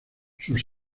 sus